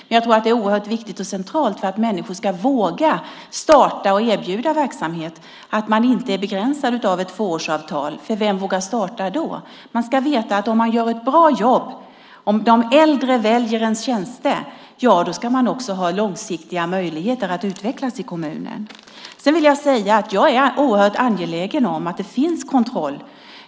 Men jag tror att det är oerhört viktigt och centralt för att människor ska våga starta och erbjuda verksamhet att de inte är begränsade av ett fåårsavtal, för vem vågar starta då? Man ska veta att om man gör ett bra jobb och om de äldre väljer ens tjänster ska man också ha långsiktiga möjligheter att utvecklas i kommunen. Jag är oerhört angelägen om att det finns kontroll.